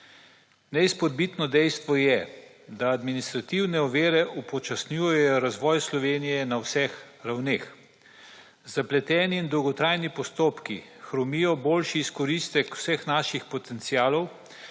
Neizpodbitno dejstvo je, da administrativne ovire upočasnjujejo razvoj Slovenija na vseh ravneh. Z zapleteni dolgotrajni postopki hromijo boljši izkoristek vseh naših potencialov